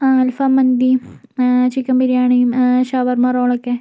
ആ അൽഫാം മന്തി ചിക്കൻ ബിരിയാണി ഷവർമ റോൾ ഒക്കെ